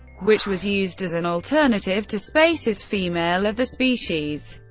which was used as an alternative to space's female of the species.